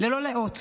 ללא לאות